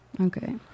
Okay